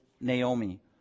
Naomi